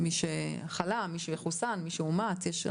מי שחלה, מי שחוסן, מי שנמצא כמאומת, יש.